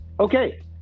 okay